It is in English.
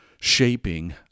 shaping